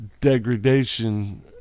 degradation